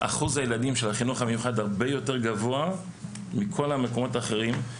אחוז הילדים בחינוך המיוחד הרבה יותר גבוה מכל המקומות האחרים.